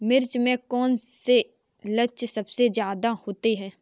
मिर्च में कौन से लक्षण सबसे ज्यादा होते हैं?